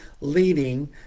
leading